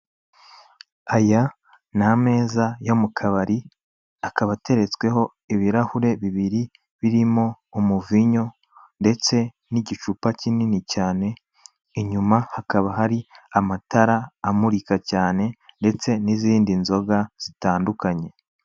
Aya ni ameza yo mu kabari, akaba ateretsweho ibirahuri bibiri birimo umuvinyo, ndetse n'igicupa kinini cyane; inyuma hakaba hari amatara amurika cyane ndetse n'izindi nzoga zitandukanye.